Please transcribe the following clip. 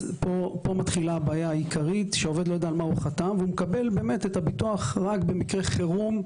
פה מתחילה הבעיה שהעובד לא יודע על מה חתם ומקבל את הביטוח במקרי חירום,